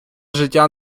життя